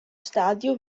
stadio